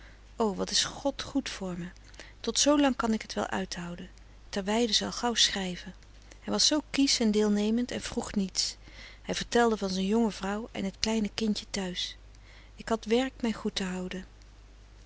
wat is god goed voor me tot zoolang kan ik t wel uithouden terweyde zal gauw schrijven hij was zoo kiesch en deelnemend en vroeg niets hij vertelde van zijn jonge vrouw en t kleine kindje thuis ik had werk mij goed te houden